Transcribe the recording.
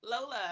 Lola